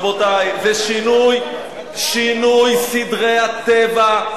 רבותי, זה שינוי סדרי הטבע.